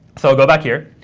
so go back here.